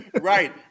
Right